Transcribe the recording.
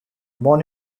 born